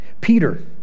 Peter